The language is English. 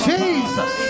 Jesus